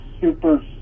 super